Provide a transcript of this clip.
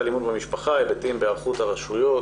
אלימות במשפחה: היבטים בהיערכות הרשויות.